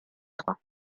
trois